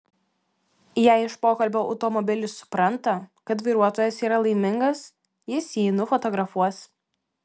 jei iš pokalbio automobilis supranta kad vairuotojas yra laimingas jis jį nufotografuos